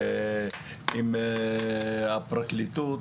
ועם הפרקליטות.